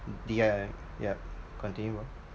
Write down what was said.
yeah yeah continue on